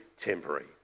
temporary